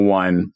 one